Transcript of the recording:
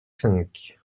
cinq